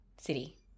City